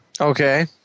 Okay